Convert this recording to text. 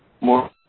more